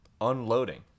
unloading